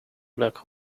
black